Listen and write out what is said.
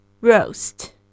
roast